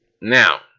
Now